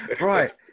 Right